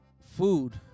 food